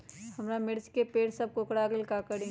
हमारा मिर्ची के पेड़ सब कोकरा गेल का करी?